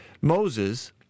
Moses